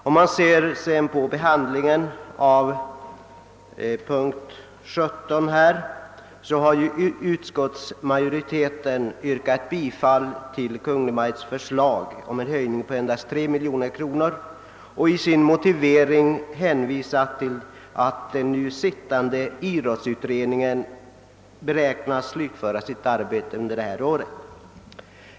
I statsutskottets förevarande utlåtande, punkten 17, har utskottets majoritet yrkat bifall till Kungl. Maj:ts förslag om en höjning av anslaget till fonden för idrottens främjande med endast 3 miljoner kronor, och i motiveringen härför har utskottet hänvisat till att den sittande idrottsutredningen beräknas slutföra sitt arbete under detta år.